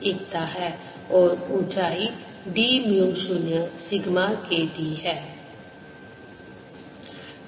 एकता है और ऊंचाई d mu 0 sigma K t है